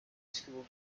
school